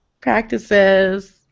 practices